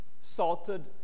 salted